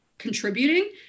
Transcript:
contributing